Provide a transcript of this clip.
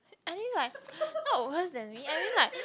I mean like not worse than me I mean like